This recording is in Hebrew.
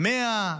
100?